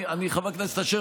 חבר הכנסת אשר,